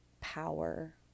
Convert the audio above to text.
power